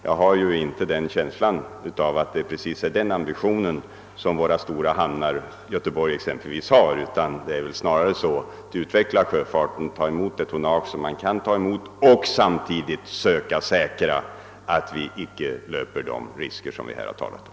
Jag har en känsla av att det inte precis är den ambitionen som våra stora hamnar — t.ex. Göteborg — har, utan denna är väl snarare att man vill utveckla sjöfarten och ta emot det tonnage man har möjlighe ter att ta emot, samtidigt som man försöker säkra sig mot de risker vi här har talat om.